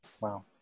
wow